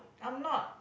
I'm not